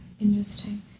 Interesting